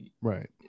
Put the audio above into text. Right